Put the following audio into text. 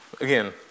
again